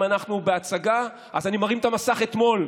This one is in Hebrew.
אם אנחנו בהצגה אז אני מרים את המסך אתמול,